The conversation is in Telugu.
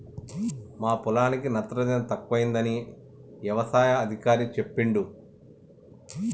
మా పొలానికి నత్రజని తక్కువైందని యవసాయ అధికారి చెప్పిండు